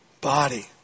body